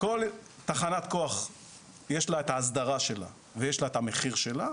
כל תחנת כוח יש לה את ההסדרה שלה ויש לה את המחיר שלה,